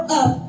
up